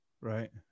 Right